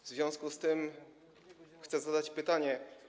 W związku z tym chcę zadać pytania.